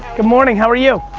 good morning, how are you?